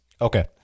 Okay